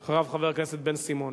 אחריו, חבר הכנסת בן-סימון.